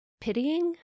pitying